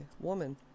woman